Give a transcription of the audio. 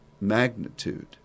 magnitude